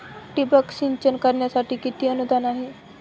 ठिबक सिंचन करण्यासाठी किती अनुदान आहे?